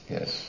Yes